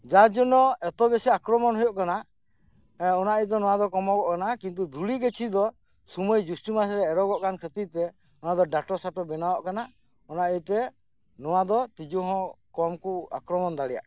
ᱡᱟᱨ ᱡᱚᱱᱱᱚ ᱮᱛᱚᱵᱮᱹᱥᱤ ᱟᱠᱨᱚᱢᱚᱱᱚᱜ ᱠᱟᱱᱟ ᱚᱱᱟ ᱛᱮ ᱠᱚᱢᱚᱜ ᱠᱟᱱᱟ ᱠᱤᱱᱛᱩ ᱫᱷᱩᱲᱤ ᱜᱟᱹᱪᱷᱤ ᱫᱚ ᱥᱚᱢᱚᱭ ᱡᱳᱥᱴᱷᱤ ᱢᱟᱥ ᱨᱮ ᱮᱨᱚᱜᱚᱜ ᱠᱟᱱ ᱠᱷᱟᱹᱛᱤᱨ ᱛᱮ ᱰᱟᱸᱴᱚᱥᱟᱴᱚ ᱵᱮᱱᱟᱣᱚᱜ ᱠᱟᱱᱟ ᱟᱨ ᱚᱱᱟ ᱤᱭᱟᱹᱛᱮ ᱱᱚᱣᱟ ᱫᱚ ᱛᱤᱡᱩ ᱦᱚᱸ ᱠᱚᱢ ᱠᱚ ᱟᱠᱨᱚᱢᱚᱱ ᱫᱟᱲᱮᱭᱟᱜ ᱠᱟᱱᱟ